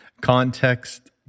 Context